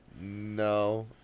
no